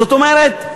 זאת אומרת,